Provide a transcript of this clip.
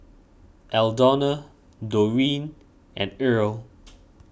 Aldona Doreen and Irl